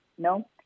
No